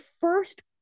first